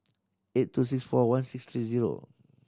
eight two six four one six three zero